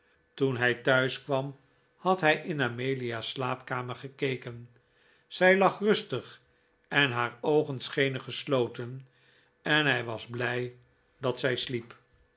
toen hij thuis kwam had hij in amelia's slaapkamer gekeken zij lag rustig en haar oogen schenen gesloten en hij was blij dat zij sliep